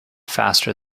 faster